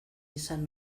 izan